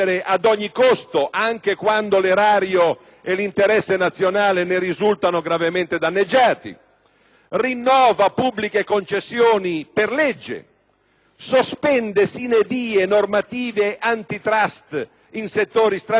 rinnova pubbliche concessioni per legge, sospende *sine die* normative *antitrust* in settori strategici, aumenta di due punti di prodotto interno lordo in cinque anni la spesa corrente primaria.